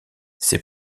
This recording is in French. ses